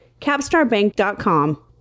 capstarbank.com